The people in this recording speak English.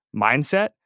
mindset